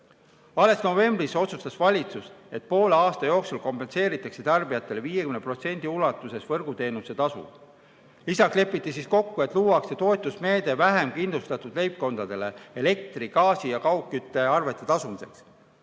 Alles novembris otsustas valitsus, et poole aasta jooksul kompenseeritakse tarbijatele 50% ulatuses võrguteenuse tasu. Lisaks lepiti kokku, et luuakse toetusmeede vähem kindlustatud leibkondadele elektri-, gaasi- ja kaugküttearvete tasumiseks.